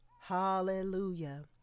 hallelujah